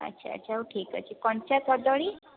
ଆଚ୍ଛା ଆଚ୍ଛା ହୋଉ ଠିକ ଅଛି କଞ୍ଚା କଦଳୀ